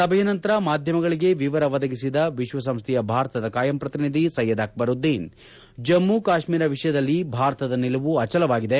ಸಭೆಯ ನಂತರ ಮಾಧ್ಯಮಗಳಿಗೆ ವಿವರ ಒದಗಿಸಿದ ವಿಶ್ವಸಂಸ್ಥೆಯ ಭಾರತದ ಕಾಯಂ ಪ್ರತಿನಿಧಿ ಸಯ್ಯದ್ ಅಕ್ಷರುದ್ದೀನ್ ಜಮ್ಮ ಕಾಶ್ಮೀರ ವಿಷಯದಲ್ಲಿ ಭಾರತದ ನಿಲುವು ಅಚಲವಾಗಿವೆ